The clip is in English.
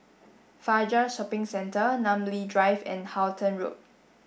Fajar Shopping Centre Namly Drive and Halton Road